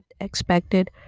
expected